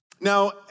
Now